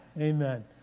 Amen